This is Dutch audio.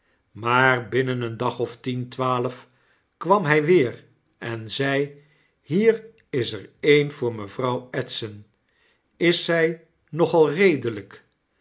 maar binnen een dag of tien twaalf kwam hy weer en zei hier is er een voor mevrouw bdson is zy nogal redelyk